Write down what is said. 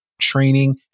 training